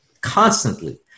Constantly